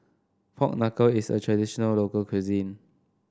Pork Knuckle is a traditional local cuisine